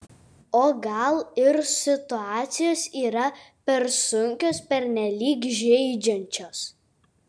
o gal ir situacijos yra per sunkios pernelyg žeidžiančios